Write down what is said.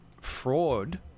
fraud